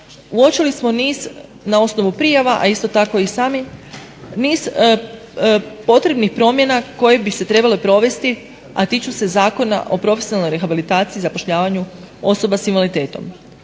uočili smo niz, na osnovu prijava, a isto tako i sami, niz potrebnih promjena koje bi se trebale provesti, a tiču se Zakona o profesionalnoj rehabilitaciji i zapošljavanju osoba s invaliditetom.